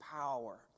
power